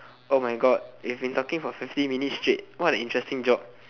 oh my god you've been talking for fifty minutes straight what an interesting job